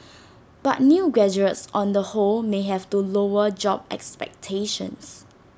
but new graduates on the whole may have to lower job expectations